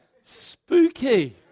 Spooky